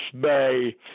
Bay